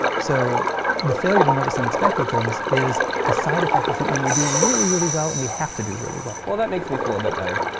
so the failure to notice unexpected things is a side effect of something we do really, really well and we have to do really well. well, that makes me feel a bit better.